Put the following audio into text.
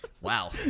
wow